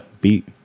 Beat